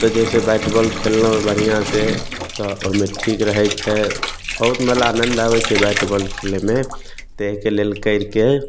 तऽ जे हइसे बैटबाॅल खेललहुॅं बढ़िऑं से तऽ ओहिमे ठीक रहै छै बहुत आनन्द आबै छै बैटबाॅल खेलेमे तऽ एहिके लेल करिके